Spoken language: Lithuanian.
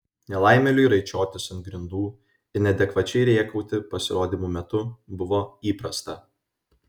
nelaimėliui raičiotis ant grindų ir neadekvačiai rėkauti pasirodymų metu buvo įprasta